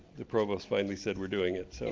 the provost finally said, we're doing it, so